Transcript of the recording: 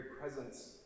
presence